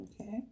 Okay